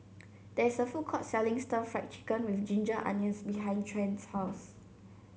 there is a food court selling Stir Fried Chicken with Ginger Onions behind Trent's house